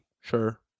sure